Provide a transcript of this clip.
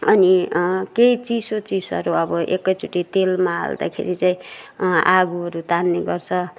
अनि कही चिसो चिसहरू अब एकैचोटी तेलमा हाल्दाखेरि चाहिँ आगोहरू तान्ने गर्छ